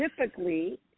typically